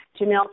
Janelle